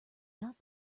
not